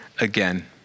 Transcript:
again